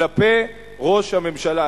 כלפי ראש הממשלה.